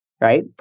right